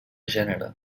gènere